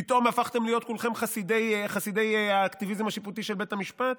פתאום הפכתם להיות כולכם חסידי האקטיביזם השיפוטי של בית המשפט?